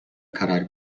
karar